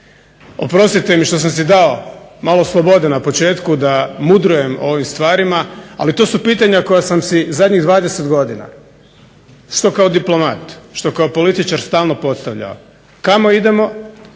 Oprostite mi što sam si dao malo slobode na početku da mudrujem o ovim stvarima, ali to su pitanja koja sam si zadnjih 20 godina što kao diplomat, što kao političar stalno postavljao. Kamo idemo,